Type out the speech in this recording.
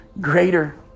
greater